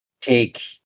take